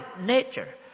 nature